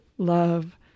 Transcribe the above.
love